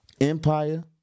Empire